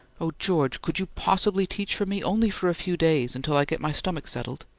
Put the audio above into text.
oh, george, could you possibly teach for me, only for a few days, until i get my stomach settled?